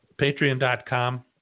Patreon.com